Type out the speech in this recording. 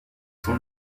son